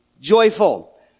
joyful